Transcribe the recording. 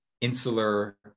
insular